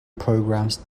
programmes